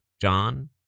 John